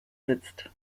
sitzt